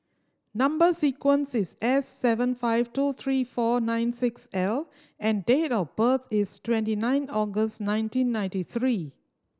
number sequence is S seven five two three four nine six L and date of birth is twenty nine August nineteen ninety three